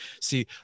See